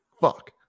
fuck